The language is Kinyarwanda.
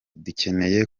dukeneye